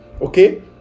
Okay